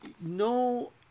no